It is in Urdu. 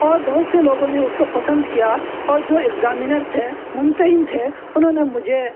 اور بہت سے لوگوں نے اس کو پسند کیا اور جو ایگزامینر تھے ممتحن تھے انہوں نے مجھے